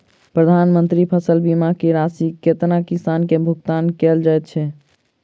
प्रधानमंत्री फसल बीमा की राशि केतना किसान केँ भुगतान केल जाइत है?